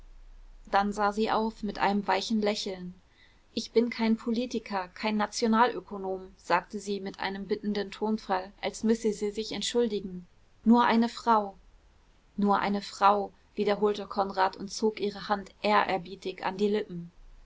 dann sah sie auf mit einem weichen lächeln ich bin kein politiker kein nationalökonom sagte sie mit einem bittenden tonfall als müsse sie sich entschuldigen nur eine frau nur eine frau wiederholte konrad und zog ihre hand ehrerbietig an die lippen